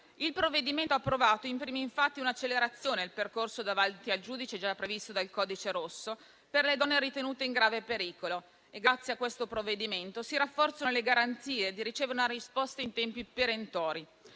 Il provvedimento approvato imprime infatti un'accelerazione al percorso davanti al giudice, già previsto dal codice rosso, per le donne ritenute in grave pericolo e, grazie a questo provvedimento, si rafforzano le garanzie di ricevere una risposta in tempi perentori.